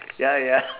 ya ya